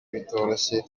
bitoroshye